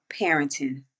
parenting